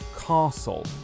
castle